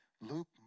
Luke